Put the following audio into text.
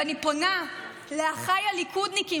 אני פונה לאחיי הליכודניקים,